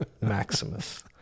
Maximus